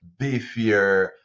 beefier